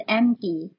empty